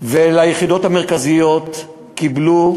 והיחידות המרכזיות קיבלו,